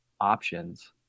options